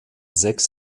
sechs